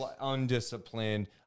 undisciplined